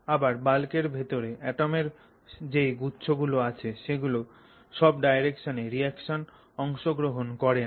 আবার বাল্কের ভেতরে অ্যাটমের যেই গুচ্ছ গুলো আছে সেগুলো সব ডাইরেকশণে রিঅ্যাকশনে অংশগ্রহণ করে না